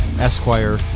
Esquire